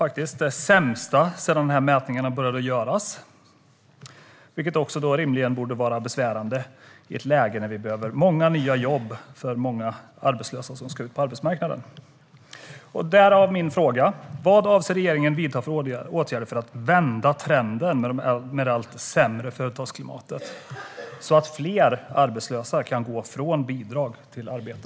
Det var det sämsta sedan mätningarna började göras. Det borde rimligen vara besvärande i ett läge när vi behöver många nya jobb för många arbetslösa som ska ut på arbetsmarknaden. Därav min fråga. Vad avser regeringen att vidta för åtgärder för att vända trenden med det allt sämre företagsklimatet så att fler arbetslösa kan gå från bidrag till arbete?